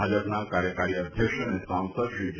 ભાજપના કાર્યકારી અધ્યક્ષ અને સાંસદ શ્રી જે